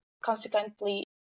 consequently